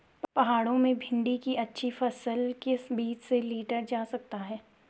पहाड़ों में भिन्डी की अच्छी फसल किस बीज से लीटर जा सकती है?